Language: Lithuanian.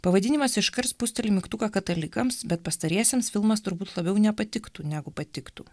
pavadinimas iškart spusteli mygtuką katalikams bet pastariesiems filmas turbūt labiau nepatiktų negu patiktų